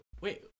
Wait